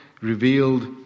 revealed